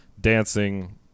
Dancing